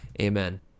Amen